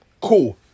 cool